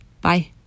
Bye